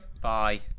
Bye